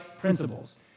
principles